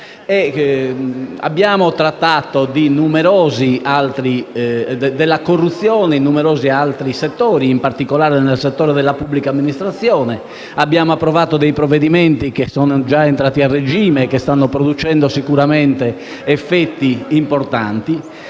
Abbiamo trattato della corruzione in numerosi altri settori, in particolare nel settore della pubblica amministrazione, abbiamo approvato alcuni provvedimenti che sono già entrati a regime e che stanno producendo sicuramente effetti importanti.